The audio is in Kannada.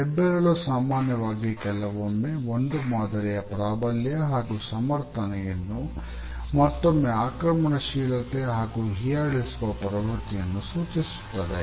ಹೆಬ್ಬೆರಳು ಸಾಮಾನ್ಯವಾಗಿ ಕೆಲವೊಮ್ಮೆ ಒಂದು ಮಾದರಿಯ ಪ್ರಾಬಲ್ಯ ಹಾಗೂ ಸಮರ್ಥನೆಯನ್ನು ಮತ್ತೊಮ್ಮೆ ಆಕ್ರಮಣಶೀಲತೆ ಹಾಗೂ ಹೀಯಾಳಿಸುವ ಪ್ರವೃತ್ತಿಯನ್ನು ಸೂಚಿಸುತ್ತದೆ